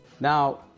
Now